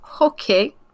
Okay